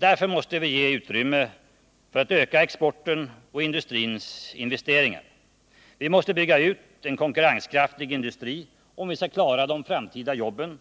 Därför måste vi ge utrymme för att öka exporten och industrins investeringar. Vi måste bygga ut en konkurrenskraftig industri om vi skall klara de framtida jobben,